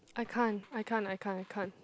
I can't I can't I can't I can't